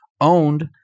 owned